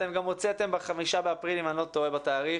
אתם גם הוצאתם ב-5 באפריל אם אני לא טועה בתאריך